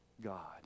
God